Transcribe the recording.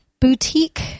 boutique